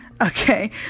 Okay